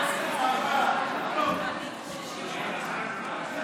איזו חברות, איזו חברות.